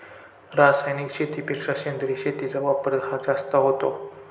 रासायनिक शेतीपेक्षा सेंद्रिय शेतीचा वापर हा जास्त होतो